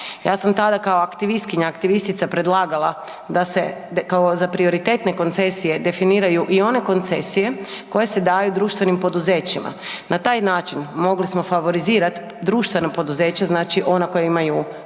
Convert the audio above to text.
Ja sam tada kao aktivistkinja, aktivistica predlagala da se kao za prioritetne koncesije definiraju i one koncesije koje se daju društvenim poduzećima. Na taj način mogli smo favorizirati društveno poduzeće znači ono koje imaju koje